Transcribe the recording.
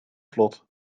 vlot